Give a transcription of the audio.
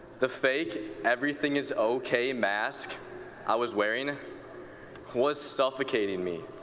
the fake everything is okay mask i was wearing was suffocating me.